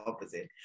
opposite